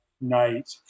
night